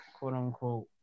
quote-unquote